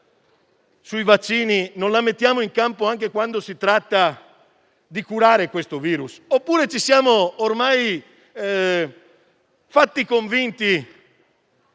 sui vaccini non la mettiamo in campo anche quando si tratta di curare questo virus? Ci siamo ormai convinti